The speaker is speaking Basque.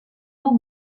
dut